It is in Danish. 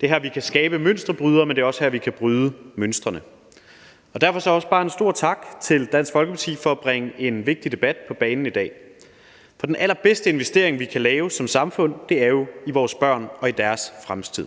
Det er her, vi kan skabe mønsterbrydere, men det er også her, vi kan bryde mønstrene. Derfor vil jeg også bare sige en stor tak til Dansk Folkeparti for at bringe en vigtig debat på banen i dag. For den allerbedste investering, vi kan lave som samfund, er jo i vores børn og i deres fremtid,